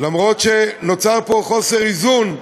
אף שנוצר פה חוסר איזון.